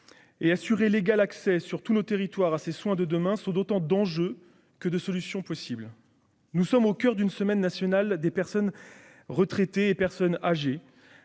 de l'égal accès, sur tous nos territoires, à ces soins de demain sont autant d'enjeux que de solutions possibles. Nous sommes au coeur de la semaine nationale des personnes retraitées et personnes âgées,